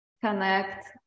connect